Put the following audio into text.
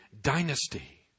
dynasty